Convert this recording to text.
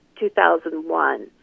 2001